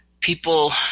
people